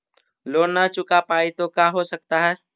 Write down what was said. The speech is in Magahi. लोन न चुका पाई तो का हो सकता है?